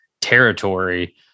territory